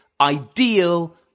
ideal